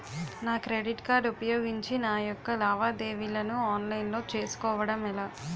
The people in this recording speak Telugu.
నా క్రెడిట్ కార్డ్ ఉపయోగించి నా యెక్క లావాదేవీలను ఆన్లైన్ లో చేసుకోవడం ఎలా?